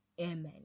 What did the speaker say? Amen